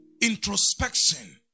introspection